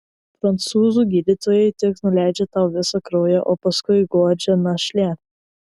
prancūzų gydytojai tik nuleidžia tau visą kraują o paskui guodžia našlę